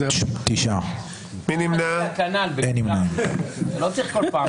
9 נמנעים, 1 לא אושרה.